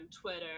Twitter